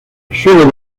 suelo